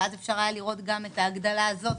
ואז אפשר היה לראות גם את ההגדלה הזאת,